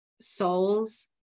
soul's